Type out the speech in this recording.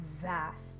vast